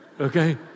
Okay